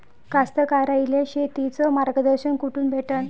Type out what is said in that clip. कास्तकाराइले शेतीचं मार्गदर्शन कुठून भेटन?